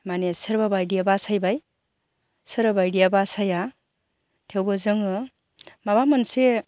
माने सोरबा बादिया बासायबाय सोरबा बादिया बासाया थेवबो जोङो माबा मोनसे